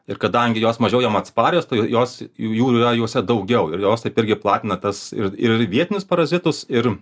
ir kadangi jos mažiau jom atsparios tai jos jau jų yra juose daugiau ir jos taip irgi platina tas ir ir vietinius parazitus ir